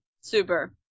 Super